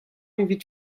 evit